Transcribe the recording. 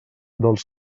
dels